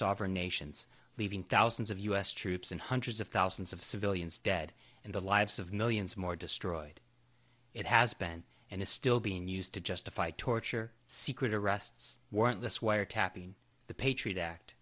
sovereign nations leaving thousands of u s troops and hundreds of thousands of civilians dead and the lives of millions more destroyed it has been and is still being used to justify torture secret arrests warrantless wiretapping the patriot act